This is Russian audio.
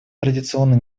традиционно